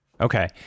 Okay